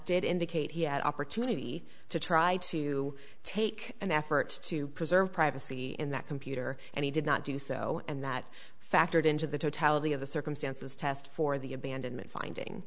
did indicate he had opportunity to try to take an effort to preserve privacy in that computer and he did not do so and that factored into the totality of the circumstances test for the abandonment finding